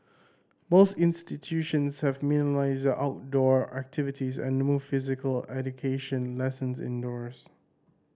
most institutions have minimised their outdoor activities and moved physical education lessons indoors